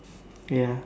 ya